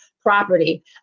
property